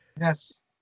Yes